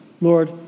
Lord